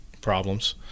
problems